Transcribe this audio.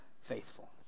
faithful